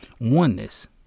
Oneness